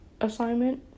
assignment